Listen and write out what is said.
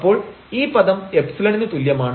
അപ്പോൾ ഈ പദം എപ്സിലണിന് തുല്യമാണ്